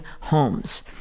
homes